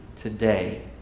today